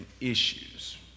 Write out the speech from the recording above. issues